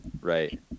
Right